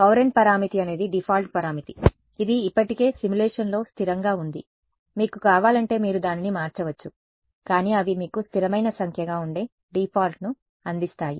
కౌరంట్ పరామితి అనేది డిఫాల్ట్ పరామితి ఇది ఇప్పటికే సిములేషన్ లో స్థిరంగా ఉంది మీకు కావాలంటే మీరు దానిని మార్చవచ్చు కానీ అవి మీకు స్థిరమైన సంఖ్యగా ఉండే డిఫాల్ట్ను అందిస్తాయి